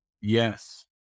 Yes